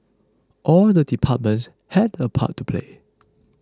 all the departments had a part to play